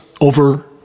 over